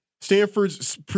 Stanford's